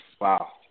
Wow